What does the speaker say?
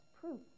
proof